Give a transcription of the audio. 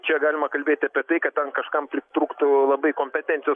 čia galima kalbėti apie tai kad ten kažkam pritrūktų labai kompetencijos